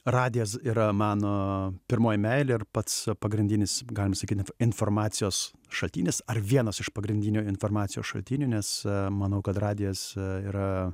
radijas yra mano pirmoji meilė ir pats pagrindinis galima sakyti informacijos šaltinis ar vienas iš pagrindinių informacijos šaltinių nes manau kad radijas yra